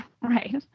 Right